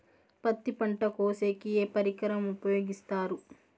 పత్తి పంట కోసేకి ఏ పరికరం ఉపయోగిస్తారు?